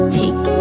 take